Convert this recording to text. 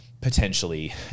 potentially